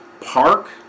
park